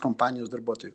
kompanijos darbuotoju